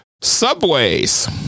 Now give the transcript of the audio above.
subways